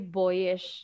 boyish